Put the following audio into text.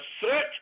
search